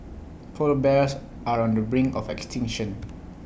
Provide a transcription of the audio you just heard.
Polar Bears are on the brink of extinction